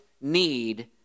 need